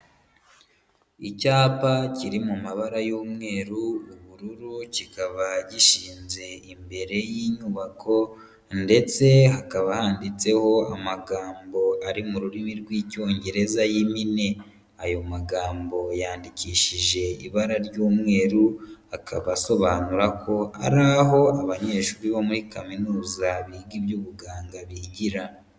Icyapa kiri mu mabara y'umweru, ubururu kikaba gishinze imbere y'inyubako ndetse hakaba handitseho amagambo ari mu rurimi rw'Icyongereza y'impine. Ayo magambo yandikishije ibara ry'umweru akaba asobanura ko ari aho abanyeshuri bo muri kaminuza biga iby'ubuganga bigira.